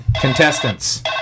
Contestants